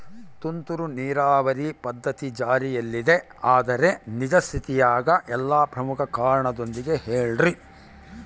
ತುಂತುರು ನೇರಾವರಿ ಪದ್ಧತಿ ಜಾರಿಯಲ್ಲಿದೆ ಆದರೆ ನಿಜ ಸ್ಥಿತಿಯಾಗ ಇಲ್ಲ ಪ್ರಮುಖ ಕಾರಣದೊಂದಿಗೆ ಹೇಳ್ರಿ?